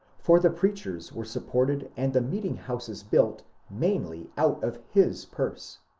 for the preachers were supported and the meeting-houses built mainly out of his purse.